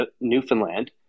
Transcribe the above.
newfoundland